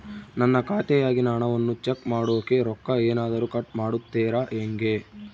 ನನ್ನ ಖಾತೆಯಾಗಿನ ಹಣವನ್ನು ಚೆಕ್ ಮಾಡೋಕೆ ರೊಕ್ಕ ಏನಾದರೂ ಕಟ್ ಮಾಡುತ್ತೇರಾ ಹೆಂಗೆ?